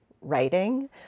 writing